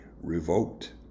revoked